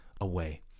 away